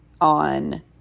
on